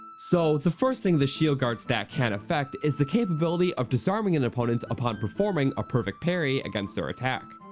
so, the first thing the shield guard stat can effect is the capability of disarming an opponent upon performing a perfect parry against their attack.